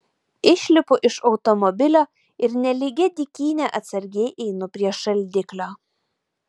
išlipu iš automobilio ir nelygia dykyne atsargiai einu prie šaldiklio